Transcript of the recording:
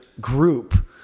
group